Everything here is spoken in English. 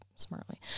smartly